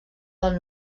del